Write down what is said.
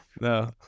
No